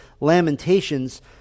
lamentations